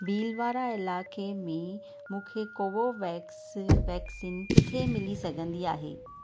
भीलवाड़ा इलाइक़े में मूंखे कोवोवेक्स वैक्सीन किथे मिली सघंदी आहे